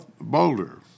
Boulder